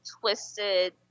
twisted